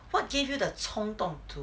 what give you the 冲动 to